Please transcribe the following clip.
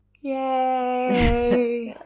Yay